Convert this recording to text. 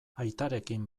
aitarekin